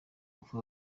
ingufu